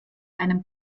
einem